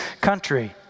country